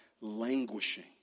languishing